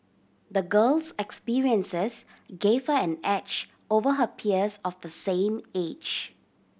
the girl's experiences gave her an edge over her peers of the same age